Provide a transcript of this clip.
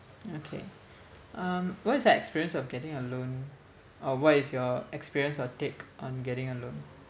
okay um what is your experience of getting a loan or what is your experience or take on getting a loan